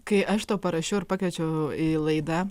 kai aš tau parašiau ir pakviečiau į laidą